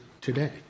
today